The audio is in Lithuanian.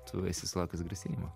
tu esi sulaukęs grasinimų